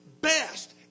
best